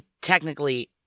technically